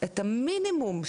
את המינימום,